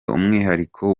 umwihariko